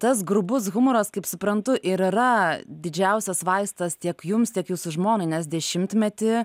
tas grubus humoras kaip suprantu ir yra didžiausias vaistas tiek jums tiek jūsų žmonai nes dešimtmetį